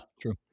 True